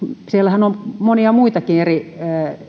siellähän on monia muitakin eri